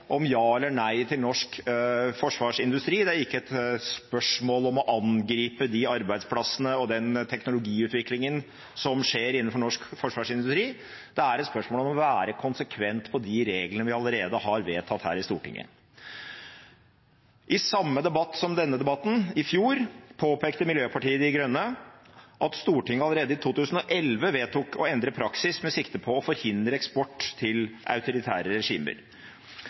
om ja eller nei til norsk forsvarsindustri, det er ikke et spørsmål om å angripe de arbeidsplassene og den teknologiutviklingen som skjer innenfor norsk forsvarsindustri – det er et spørsmål om å være konsekvent på de reglene vi allerede har vedtatt her i Stortinget. I samme debatt som denne i fjor påpekte Miljøpartiet De Grønne at Stortinget allerede i 2011 vedtok å endre praksis med sikte på å forhindre eksport til autoritære regimer.